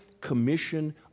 commission